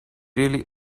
really